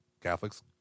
Catholics